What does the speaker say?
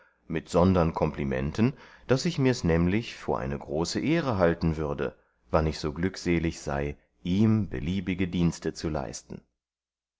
mit sondern komplimenten daß ich mirs nämlich vor eine große ehre halten würde wann ich so glückselig sei ihm beliebige dienste zu leisten